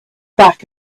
back